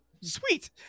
Sweet